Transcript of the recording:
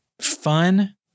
fun